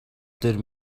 дээр